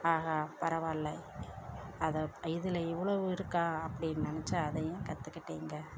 ஆஹா பரவால்லை அதை இதில் இவ்வளோவு இருக்கா அப்டின்னு நினச்சா அதையும் கற்றுக்கிட்டேங்க